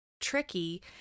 tricky